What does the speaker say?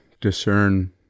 discern